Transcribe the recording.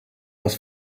was